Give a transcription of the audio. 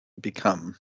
become